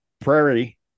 Prairie